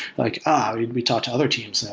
like, ah we talk to other teams